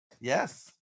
yes